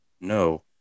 No